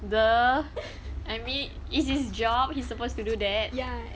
!duh! I mean it's his job he supposed to do that